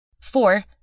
Four